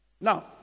Now